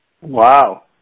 Wow